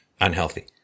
unhealthy